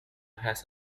has